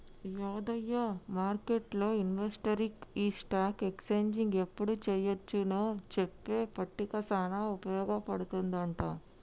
యాదయ్య మార్కెట్లు ఇన్వెస్టర్కి ఈ స్టాక్ ఎక్స్చేంజ్ ఎప్పుడు చెయ్యొచ్చు నో చెప్పే పట్టిక సానా ఉపయోగ పడుతుందంట